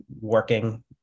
working